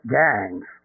gangs